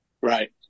Right